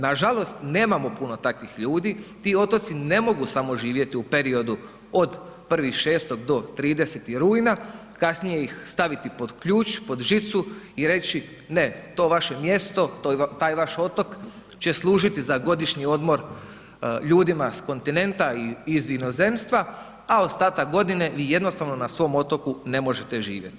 Nažalost, nemamo puno takvih ljudi, ti otoci ne mogu samo živjeti u periodu od 1.6. do 30 rujna, kasnije ih staviti pod ključ, pod žicu i reći, ne to vaše mjesto, taj vaš otok će služiti za godišnji odmor ljudima s kontinenta i iz inozemstva a ostatak godine vi jednostavno na svom otoku ne možete živjeti.